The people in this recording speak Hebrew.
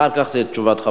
אחר כך תהיה תשובתך.